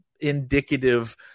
indicative